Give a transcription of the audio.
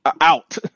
out